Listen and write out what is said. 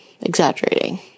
exaggerating